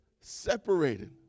Separated